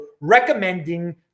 recommending